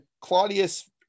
claudius